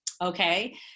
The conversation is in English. Okay